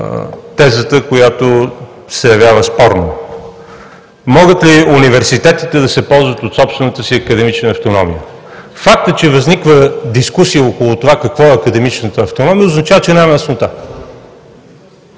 тезата, която се явява спорна – могат ли университетите да се ползват от собствената си академична автономия? Фактът, че възниква дискусия около това какво е академичната автономия, означава, че няма яснота.